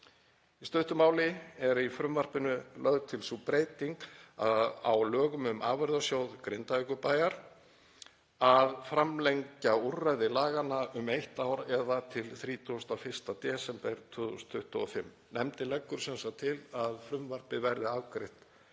Í stuttu máli er í frumvarpinu lögð til sú breyting á lögum um Afurðasjóð Grindavíkurbæjar að framlengja úrræði laganna um eitt ár eða til 31. desember 2025. Nefndin leggur sem sagt til að frumvarpið verði afgreitt